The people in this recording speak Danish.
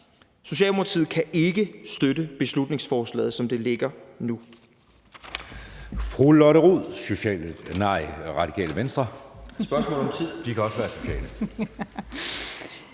Socialdemokratiet kan ikke støtte beslutningsforslaget, som det ligger nu.